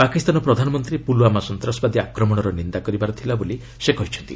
ପାକିସ୍ତାନ ପ୍ରଧାନମନ୍ତ୍ରୀ ପୁଲ୍ୱାମା ସନ୍ତାସବାଦୀ ଆକ୍ରମଣର ନିନ୍ଦା କରିବାର ଥିଲା ବୋଲି ସେ କହିଛନ୍ତି